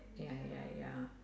ya ya ya